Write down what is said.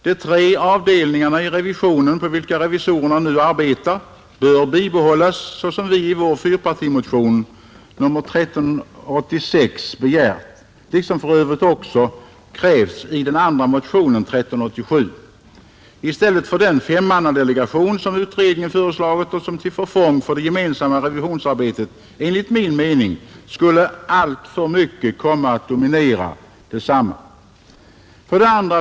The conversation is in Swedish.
De tre avdelningarna i revisionen, på vilka revisorerna nu arbetar, bör bibehållas såsom vi i vår fyrpartimotion nr 1386 begärt — liksom för övrigt också krävs i den andra motionen, nr 1387 — i stället för den femmannadelegation som utredningen föreslagit och som till förfång för det gemensamma revisionsarbetet enligt min mening alltför mycket skulle komma att dominera detsamma. 2.